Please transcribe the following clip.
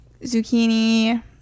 zucchini